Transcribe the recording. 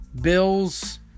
Bills